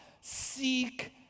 Seek